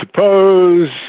suppose